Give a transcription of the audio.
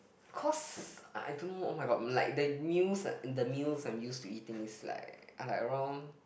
cause I don't know oh-my-god like the meals the meals I'm used to eating is like are like around